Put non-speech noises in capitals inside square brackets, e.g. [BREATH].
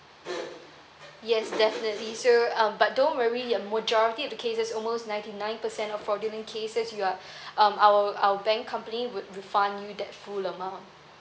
yes definitely so um but don't worry uh majority of the cases almost ninety nine percent of fraudulent cases you are [BREATH] um our our bank company would refund you that full amount